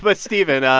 but stephen, ah